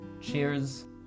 Cheers